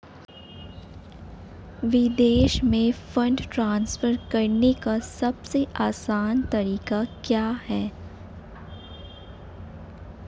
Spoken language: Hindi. विदेश में फंड ट्रांसफर करने का सबसे आसान तरीका क्या है?